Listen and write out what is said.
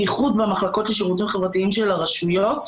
בייחוד במחלקות לשירותים חברתיים של הרשויות.